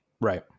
Right